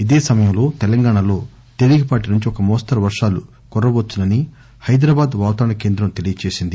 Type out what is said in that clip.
ఇదే సమయంలో తెలంగాణలో తేలికపాటి నుంచి ఒక మోస్తరు వర్షాలు కురవ వచ్చనని హైదరాబాద్ వాతావరణ కేంద్రం తెలియజేసింది